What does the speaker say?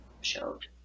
showed